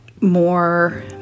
more